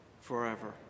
forever